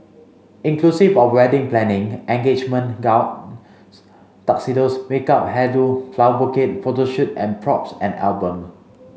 inclusive of wedding planning engagement gown tuxedos makeup hair do flower bouquet photo shoot and props and album